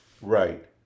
right